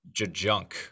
Jajunk